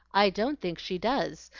i don't think she does,